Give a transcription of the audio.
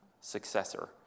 successor